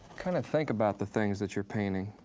kind of think about the things that you're painting.